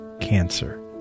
cancer